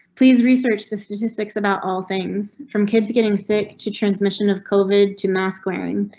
please research the statistics about all things from kids getting sick to transmission of kovid to mask wearing.